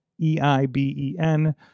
e-i-b-e-n